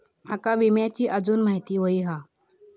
माका विम्याची आजून माहिती व्हयी हा?